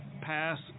pass